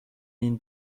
این